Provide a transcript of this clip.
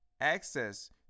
Access